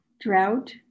drought